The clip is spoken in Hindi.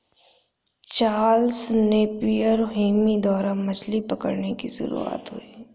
चार्ल्स नेपियर हेमी द्वारा मछली पकड़ने की शुरुआत हुई